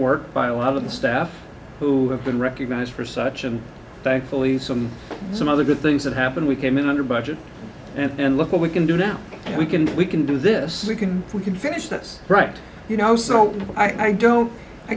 work by a lot of the staff who have been recognized for such and thankfully some some other good things have happened we came in under budget and look what we can do now we can we can do this we can we can finish this right you know so i don't i